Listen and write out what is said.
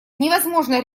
невозможно